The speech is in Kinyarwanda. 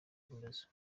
ibibazo